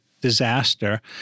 disaster